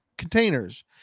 containers